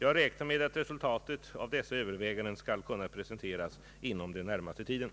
Jag räknar med att resultatet av dessa överväganden skall kunna presenteras inom den närmaste tiden.